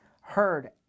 heard